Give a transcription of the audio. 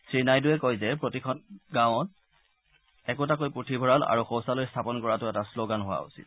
শ্ৰীনাইডুৱে আৰু কয় যে প্ৰতিখন গাঁৱত একোটাকৈ পুথিভঁৰাল আৰু সৌচালয় স্থাপন কৰাটো এটা শ্লগান হোৱা উচিত